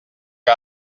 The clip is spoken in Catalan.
que